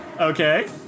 Okay